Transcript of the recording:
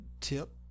tip